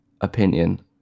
opinion